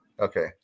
Okay